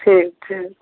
ठीक छै